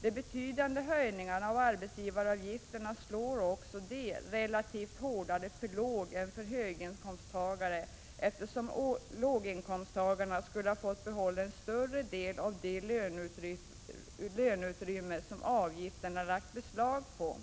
De betydande höjningarna av arbetsgivaravgifterna slår också relativt hårdare för lågän för höginkomsttagare, eftersom låginkomsttagarna skulle ha fått behålla en större del av det löneutrymme som avgifterna lagt beslag på.